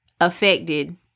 affected